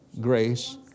grace